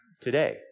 today